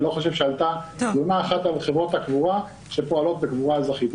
אני לא חושב שהיתה תלונה אחת על חברות הקבורה שפועלות בקבורה אזרחית.